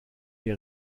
der